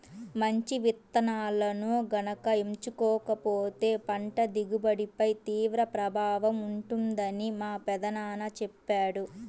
మంచి విత్తనాలను గనక ఎంచుకోకపోతే పంట దిగుబడిపై తీవ్ర ప్రభావం ఉంటుందని మా పెదనాన్న చెప్పాడు